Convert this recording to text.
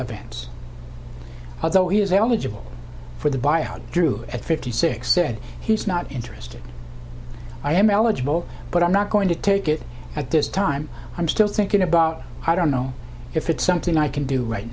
events although he is only general for the buyout drew at fifty six said he's not interested i am eligible but i'm not going to take it at this time i'm still thinking about i don't know if it's something i can do right